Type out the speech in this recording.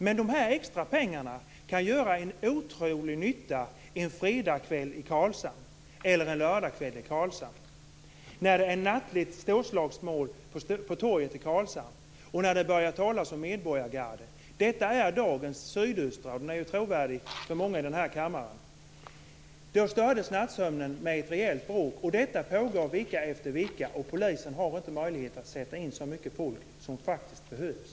Men de extra pengarna kan göra en otrolig nytta en fredags eller lördagskväll i Karlshamn när det är nattligt storslagsmål på torget och det börjar talas om medborgargarde. Det står om detta i dagens Sydöstran, och den är trovärdig för många i denna kammare. Nattsömnen stördes med ett rejält bråk. Detta har pågått vecka efter vecka, och polisen har inte möjlighet att sätta in så mycket personal som faktiskt behövs.